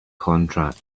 contract